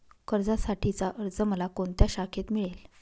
कर्जासाठीचा अर्ज मला कोणत्या शाखेत मिळेल?